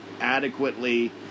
adequately